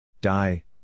Die